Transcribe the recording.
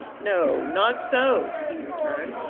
no, not so, he returned.